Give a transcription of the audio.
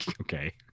Okay